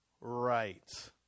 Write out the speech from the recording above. right